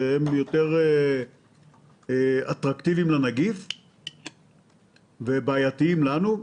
שהם יותר אטרקטיביים לנגיף ובעייתיים לנו.